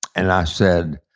and i said,